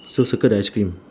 so circle the ice cream